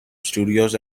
studios